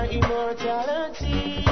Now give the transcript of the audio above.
immortality